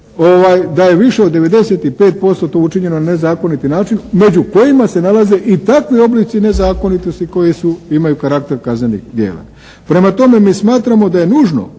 da je više od 95% to učinjeno na nezakoniti način među kojima se nalaze i takvi oblici nezakonitosti koji imaju karakter kaznenih djela. Prema tome, mi smatramo da je nužno